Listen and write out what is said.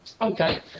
Okay